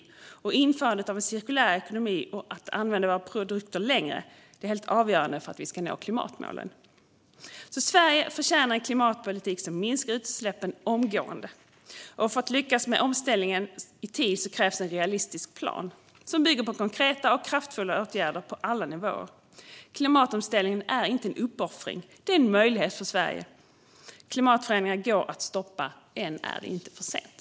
Att vi inför cirkulär ekonomi och använder våra produkter längre är helt avgörande för att vi ska nå klimatmålen. Sverige förtjänar en klimatpolitik som minskar utsläppen omgående. För att lyckas med klimatomställningen i tid krävs en realistisk plan som bygger på konkreta och kraftfulla åtgärder på alla nivåer. Klimatomställningen är inte en uppoffring utan en möjlighet för Sverige, och klimatförändringarna går att stoppa. Än är det inte för sent.